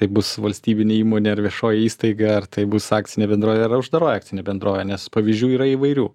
tai bus valstybinė įmonė ar viešoji įstaiga ar tai bus akcinė bendrovė ar uždaroji akcinė bendrovė nes pavyzdžių yra įvairių